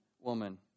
woman